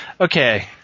Okay